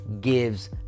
gives